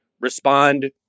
respond